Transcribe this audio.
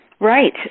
Right